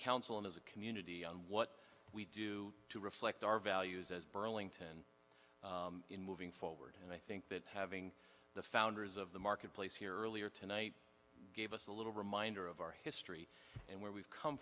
council and as a community on what we do to reflect our values as burlington moving forward and i think that having the founders of the marketplace here earlier tonight gave us a little reminder of our history and where we've come